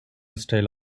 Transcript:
style